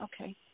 Okay